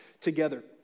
together